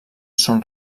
són